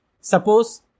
Suppose